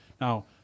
Now